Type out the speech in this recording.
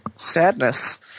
Sadness